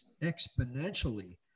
exponentially